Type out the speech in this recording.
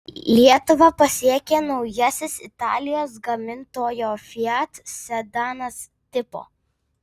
lietuvą pasiekė naujasis italijos gamintojo fiat sedanas tipo